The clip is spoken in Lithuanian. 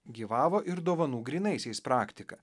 gyvavo ir dovanų grynaisiais praktika